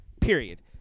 Period